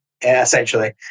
essentially